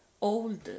old